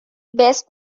best